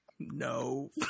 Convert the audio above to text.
no